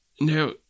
Now